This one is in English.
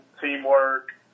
teamwork